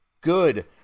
good